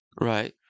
Right